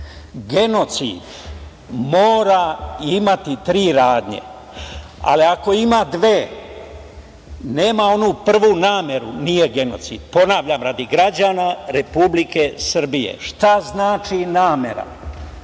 Genocid mora imati tri radnje, ali ako ima dve, nema onu prvu – nameru, nije genocid. Ponavljam radi građana Republike Srbije. Šta znači namera?